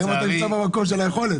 היום אתה נמצא במקום של היכולת.